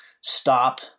stop